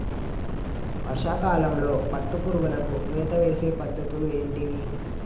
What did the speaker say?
వర్షా కాలంలో పట్టు పురుగులకు మేత వేసే పద్ధతులు ఏంటివి?